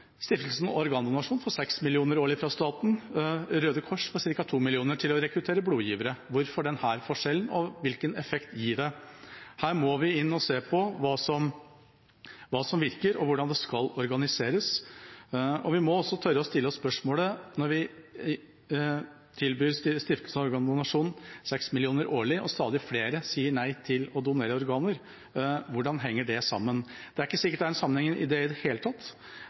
Stiftelsen Organdonasjon får 6 mill. kr årlig fra staten. Røde Kors får ca. 2 mill. kr til å rekruttere blodgivere. Hvorfor denne forskjellen, og hvilken effekt gir det? Her må vi se på hva som virker, og hvordan det skal organiseres. Vi må også tørre å stille oss spørsmålet: Når vi tilbyr Stiftelsen Organdonasjon 6 mill. kr årlig, og stadig flere sier nei til å donere organer, hvordan henger det sammen? Det er ikke sikkert at det er noen sammenheng i det hele tatt.